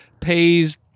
pays